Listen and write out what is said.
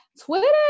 Twitter